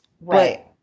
Right